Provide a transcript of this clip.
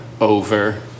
over